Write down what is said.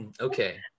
Okay